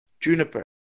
Juniper